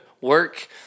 work